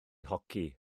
hoci